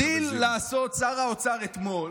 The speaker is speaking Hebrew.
בקואליציה, היית, והגדיל לעשות שר האוצר אתמול,